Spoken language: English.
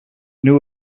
knew